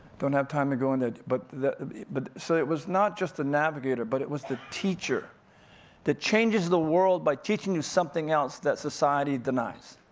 don't have time to go into it, but but so it was not just the navigator, but it was the teacher that changes the world by teaching you something else that society denies.